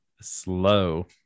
slow